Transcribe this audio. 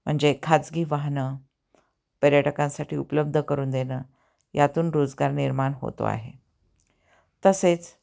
म्हणजे खाजगी वाहनं पर्यटकांसाठी उपलब्ध करून देणं यातून रोजगार निर्माण होतो आहे तसेच